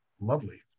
lovely